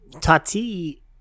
Tati